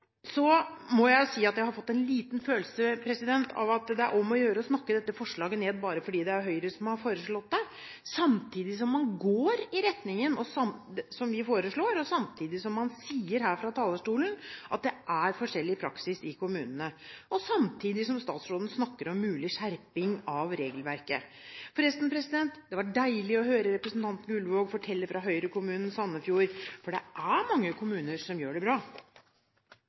Så må jeg si at jeg har fått en liten følelse av at det er om å gjøre å snakke dette forslaget ned bare fordi det er Høyre som har fremmet det, samtidig som man går i den retningen som vi foreslår, samtidig som man sier her fra talerstolen at det er forskjellig praksis i kommunene, og samtidig som statsråden snakker om en mulig skjerping av regelverket. Forresten – det var deilig å høre representanten Gullvåg fortelle fra Høyre-kommunen Sandefjord, for det er mange kommuner som gjør det bra.